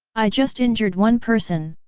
i just injured one person.